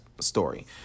story